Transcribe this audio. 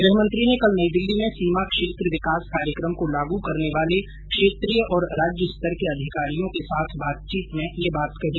गृहमंत्री ने कल नई दिल्ली में सीमा क्षेत्र विकास कार्यक्रम को लागू करने वाले क्षेत्रीय और राज्य स्तर के अधिकारियों के साथ बातचीत में यह बात कही